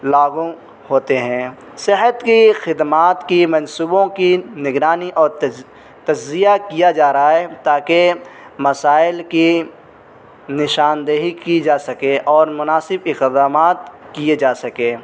لاگو ہوتے ہیں صحت کی خدمات کی منصوبوں کی نگرانی اور تجزیہ کیا جا رہا ہے تاکہ مسائل کی نشان دہی کی جا سکے اور مناسب اقدامات کیے جا سکیں